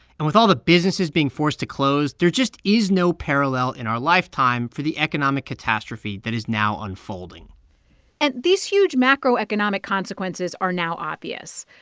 and with all the businesses being forced to close, there just is no parallel in our lifetime for the economic catastrophe that is now unfolding and these huge macroeconomic consequences are now obvious.